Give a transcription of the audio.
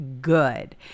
good